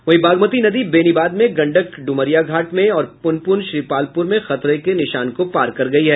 वहीं बागमती नदी बेनीबाद में गंडक ड्मरिया घाट में और पुनपुन श्रीपालपुर में खतरे के निशान को पार कर गयी है